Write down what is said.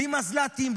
בלי מזל"טים,